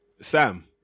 Sam